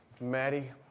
Maddie